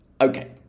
Okay